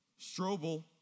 Strobel